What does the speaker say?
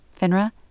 FINRA